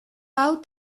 hau